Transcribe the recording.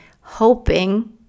hoping